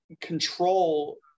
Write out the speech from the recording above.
control